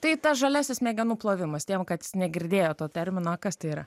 tai tas žaliasis smegenų plovimas ties kas negirdėjo to termino kas tai yra